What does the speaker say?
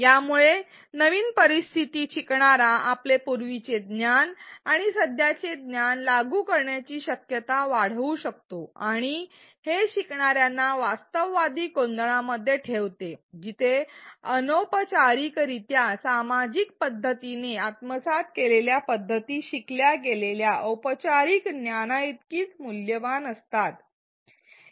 यामुळे नवीन परिस्थितीत शिकणारा आपले पूर्वीचे ज्ञान आणि सध्याचे ज्ञान लागू करण्याची शक्यता वाढवू शकतो आणि हे शिकार्यांना वास्तववादी कोंदणामध्ये ठेवते जिथे अनौपचारिकरित्या सामाजिक पद्धतीने आत्मसात केलेल्या पद्धती शिकल्या गेलेल्या औपचारिक ज्ञानाइतकीच मूल्यवान असतात